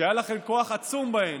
שהיה לכם כוח עצום בהן,